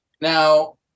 Now